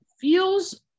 feels –